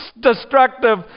destructive